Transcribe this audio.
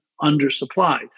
undersupplied